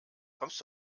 kommst